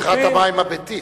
צריכת המים הביתית.